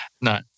no